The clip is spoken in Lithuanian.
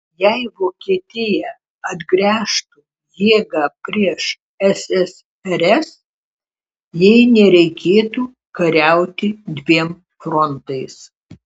jei vokietija atgręžtų jėgą prieš ssrs jai nereikėtų kariauti dviem frontais